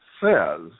says